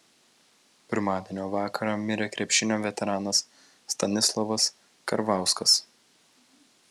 pirmadienio vakarą mirė krepšinio veteranas stanislovas karvauskas